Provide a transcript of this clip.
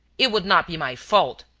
it would not be my fault,